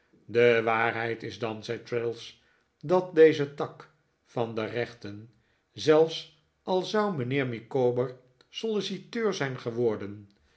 de waarheid is dan zei traddles dat deze tak van de rechten zelfs al zou mijnheer micawber solliciteur zijn geworden